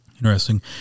Interesting